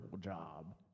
job